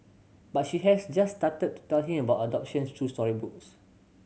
but she has just started tell him about adoptions through storybooks